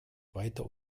weiter